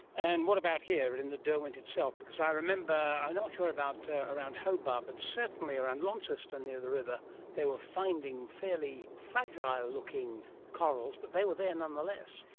and what about here in the derwent itself? because i remember, i'm not sure about around hobart but certainly around launceston near the river they were finding fairly fragile looking corals, but they were there nonetheless.